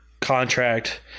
contract